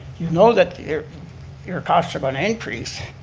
you know that your costs are going to increase,